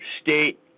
state